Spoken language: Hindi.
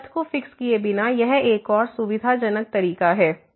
तो पथ को फिक्स किए बिना यह एक और सुविधाजनक तरीका है